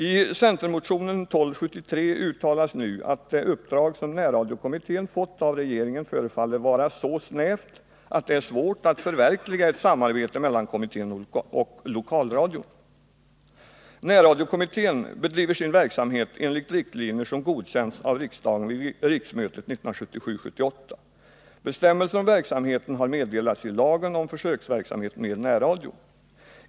I centermotionen 1273 uttalas nu att det uppdrag som närradiokommittén fått av regeringen förefaller vara så snävt att det är svårt att förverkliga ett samarbete mellan kommittén och lokalradion. Närradiokommittén bedriver sin verksamhet enligt riktlinjer som godkänts av riksdagen vid riksmötet 1977/78. Bestämmelser om verksamheten har meddelats i lagen om försöksverksamhet med närradio.